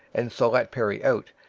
and so let perry out,